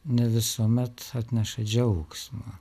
ne visuomet atneša džiaugsmą